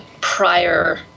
prior